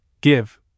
give